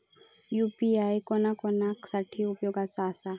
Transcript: UPI कोणा कोणा साठी उपयोगाचा आसा?